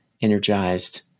energized